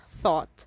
thought